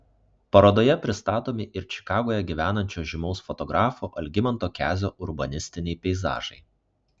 parodoje pristatomi ir čikagoje gyvenančio žymaus fotografo algimanto kezio urbanistiniai peizažai